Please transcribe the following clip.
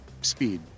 speed